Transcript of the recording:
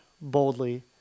boldly